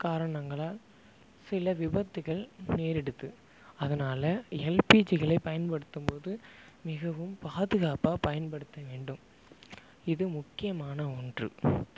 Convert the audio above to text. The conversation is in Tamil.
காரணங்களால் சில விபத்துகள் நேரிடுது அதனால் எல்பிஜிகளை பயன்படுத்தும்போது மிகவும் பாதுகாப்பாக பயன்படுத்த வேண்டும் இது முக்கியமான ஒன்று